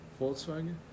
Volkswagen